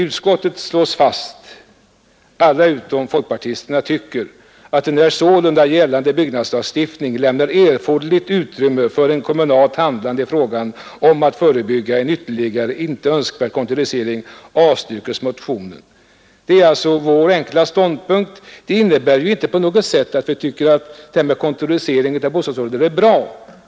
Utskottet — utom dess folkpartistiska ledamöter — uttalar att enär ”sälunda gällande byggnadslagstiftning lämnar erforderligt utrymme för ett kommunalt handlande i fråga om att förebygga en ytterligare, inte önskvärd kontorisering avstyrker utskottet motionen”. Vär ståndpunkt innebär inte på något sätt att vi tycker att kontorisering av bostadsomraden är bra.